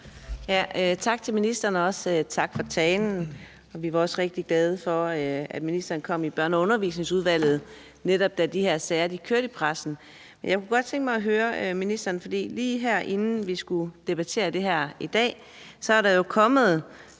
Tak til ministeren for talen. Vi var rigtig glade for, at ministeren kom i Børne- og undervisningsudvalget, netop da de her sager kørte i pressen. Jeg kunne godt tænke mig at stille ministeren et spørgsmål, for lige inden vi skulle debattere det her emne i dag, er der jo kommet